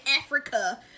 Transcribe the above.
africa